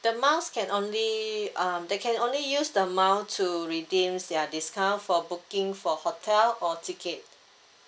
the miles can only um they can only use the mile to redeem their discount for booking for hotel or ticket